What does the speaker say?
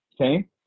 Okay